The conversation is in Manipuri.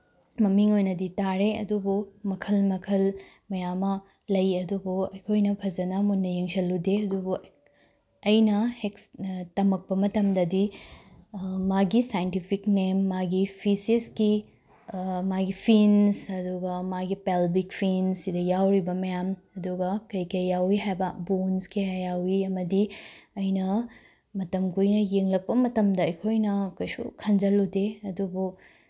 ꯃꯃꯤꯡ ꯑꯣꯏꯅꯗꯤ ꯇꯥꯔꯦ ꯑꯗꯨꯕꯨ ꯃꯈꯜ ꯃꯈꯜ ꯃꯌꯥꯝ ꯑꯃ ꯂꯩ ꯑꯗꯨꯕꯨ ꯑꯩꯈꯣꯏꯅ ꯐꯖꯅ ꯃꯨꯟꯅ ꯌꯦꯡꯁꯤꯜꯂꯨꯗꯦ ꯑꯗꯨꯕꯨ ꯑꯩꯅ ꯇꯝꯃꯛꯄ ꯃꯇꯝꯗꯗꯤ ꯃꯥꯒꯤ ꯁꯥꯏꯟꯇꯤꯐꯤꯛ ꯅꯦꯝ ꯃꯥꯒꯤ ꯐꯤꯁꯤꯁꯀꯤ ꯃꯥꯒꯤ ꯐꯤꯟꯁ ꯑꯗꯨꯒ ꯃꯥꯒꯤ ꯄꯦꯜꯕꯤꯛ ꯐꯤꯟꯁ ꯁꯤꯗ ꯌꯥꯎꯔꯤꯕ ꯃꯌꯥꯝ ꯑꯗꯨꯒ ꯀꯩꯀꯩ ꯌꯥꯎꯏ ꯍꯥꯏꯕ ꯕꯣꯟꯁ ꯀꯌꯥ ꯌꯥꯎꯏ ꯑꯃꯗꯤ ꯑꯩꯅ ꯃꯇꯝ ꯀꯨꯏꯅ ꯌꯦꯡꯂꯛꯄ ꯃꯇꯝꯗ ꯑꯩꯈꯣꯏꯅ ꯀꯩꯁꯨ ꯈꯟꯖꯤꯜꯂꯨꯗꯦ ꯑꯗꯨꯕꯨ